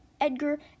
edgar